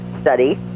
study